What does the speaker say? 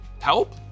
help